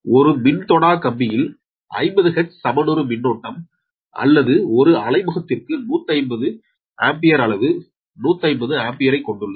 ஒரு மின் தொடா கம்பியில் 50 ஹெர்ட்ஸ் சமனுறு மின்னோட்டம் அல்லது ஒரு அலைமுகத்திற்கு 150 ஆம்பியர் அளவு 150 ஆம்பியரைக் கொண்டுள்ளது